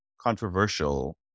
controversial